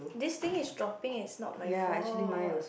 this thing is dropping is not my fault